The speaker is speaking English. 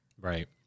Right